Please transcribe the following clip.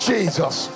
Jesus